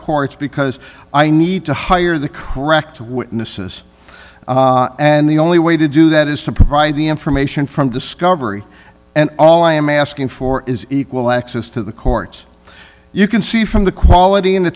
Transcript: courts because i need to hire the correct witnesses and the only way to do that is to provide the information from discovery and all i am asking for is equal access to the courts you can see from the quality and the